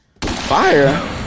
Fire